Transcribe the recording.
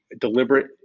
deliberate